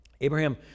Abraham